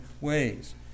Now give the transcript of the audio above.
ways